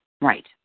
Right